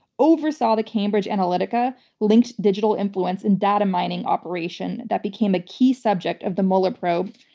oversaw the cambridge analytica linked digital influence in data mining operation that became a key subject of the mueller probe,